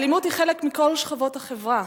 האלימות היא חלק מכל שכבות החברה: